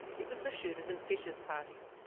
it was the shooters and fishers party.